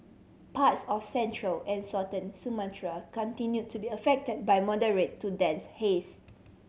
parts of central and southern Sumatra continue to be affected by moderate to dense haze